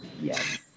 Yes